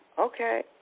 Okay